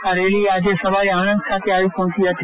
આ રેલી આજે સવારે આણંદ ખાતે આવી પહોંચી હતી